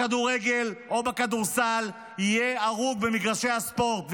בכדורגל או בכדורסל יהיה הרוג במגרשי הספורט,